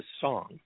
song